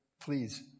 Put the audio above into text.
please